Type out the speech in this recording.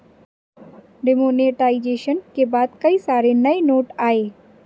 demonetisation के बाद कई सारे नए नोट आये